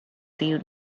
view